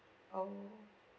orh